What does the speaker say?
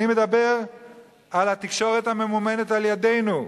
אני מדבר על התקשורת הממומנת על-ידינו.